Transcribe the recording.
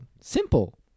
Simple